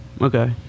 Okay